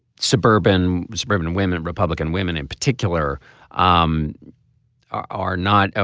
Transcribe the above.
suburban suburban women republican women in particular um are not. ah